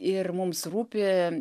ir mums rūpi